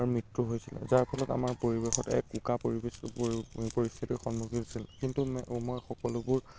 মৃত্যু হৈছিলে যাৰ ফলত আমাৰ পৰিৱেশত এক উকা পৰিস্থিতিৰ সন্মুখীন হৈছিল কিন্তু মই সকলোবোৰ